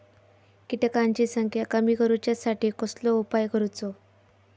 किटकांची संख्या कमी करुच्यासाठी कसलो उपाय करूचो?